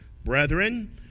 Brethren